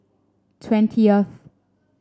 twentieth